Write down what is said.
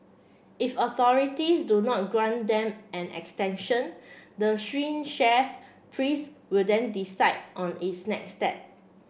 if authorities do not grant them an extension the chef priest will then decide on its next step